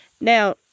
Now